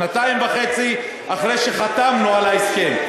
שנתיים וחצי אחרי שחתמנו על ההסכם.